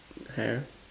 hair